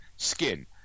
Skin